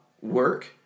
work